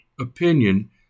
opinion